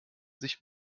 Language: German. sich